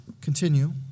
continue